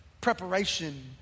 preparation